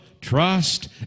trust